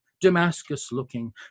Damascus-looking